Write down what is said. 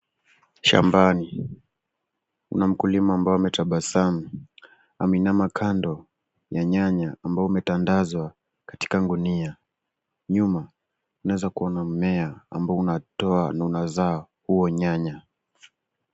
Shambani kuna mkulima ambao ametabasamu ameinama kando ya nyanya ambao umetandazwa katika gunia nyuma unaeza kuona mmea ambao unatoa na unazaa huo nyanya.